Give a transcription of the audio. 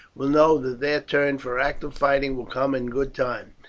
will know that their turn for active fighting will come in good time.